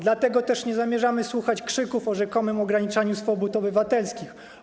Dlatego też nie zamierzamy słuchać krzyków o rzekomym ograniczaniu swobód obywatelskich.